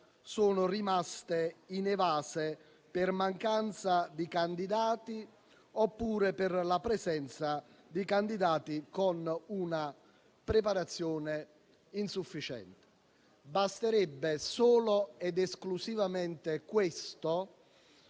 sono rimaste inevase per mancanza di candidati oppure per la presenza di candidati con una preparazione insufficiente. Basterebbe solo ed esclusivamente questo